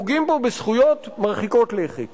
קל לפגוע בציבורים האלה.